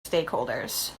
stakeholders